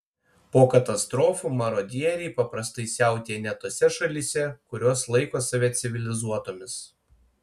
po katastrofų marodieriai paprastai siautėja net tose šalyse kurios laiko save civilizuotomis